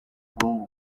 ubwonko